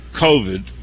COVID